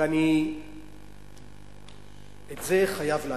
ואני את זה חייב להדגיש,